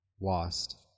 lost